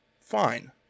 fine